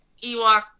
Ewok